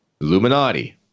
Illuminati